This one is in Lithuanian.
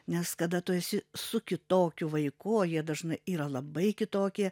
nes kada tu esi su kitokiu vaiku o jie dažnai yra labai kitokie